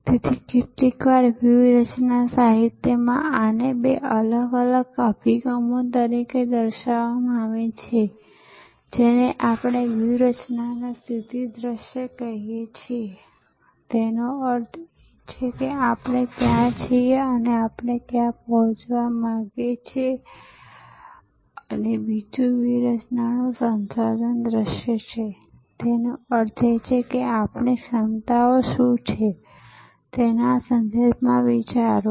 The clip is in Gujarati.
તેથી કેટલીકવાર વ્યૂહરચના સાહિત્યમાં આને બે અલગ અલગ અભિગમો તરીકે દર્શાવવામાં આવે છે જેને આપણે વ્યૂહરચનાનો સ્થિતિ દૃશ્ય કહીએ છીએતેનો અર્થ એ છે કે આપણે ક્યાં છીએ અને આપણે ક્યાં પહોંચવા માંગીએ છીએ અને બીજું વ્યૂહરચનાનું સંસાધન દૃશ્ય છેતેનો અર્થ એ છે કે આપણી ક્ષમતાઓ શું છે તેના સંદર્ભમાં વિચારો